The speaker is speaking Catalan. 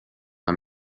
amb